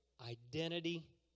identity